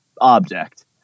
object